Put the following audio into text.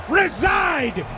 reside